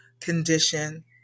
condition